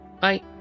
Bye